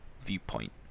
viewpoint